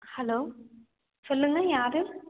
hello சொல்லுங்கள் யார்